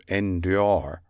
endure